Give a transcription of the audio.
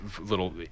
little